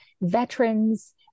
veterans